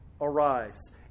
arise